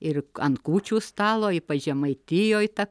ir ant kūčių stalo ypač žemaitijoj ta